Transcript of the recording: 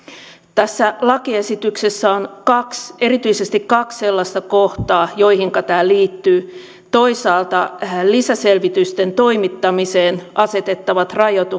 tässä lakiesityksessä on erityisesti kaksi sellaista kohtaa joihinka tämä liittyy toisaalta lisäselvitysten toimittamiseen asetettavat rajoitukset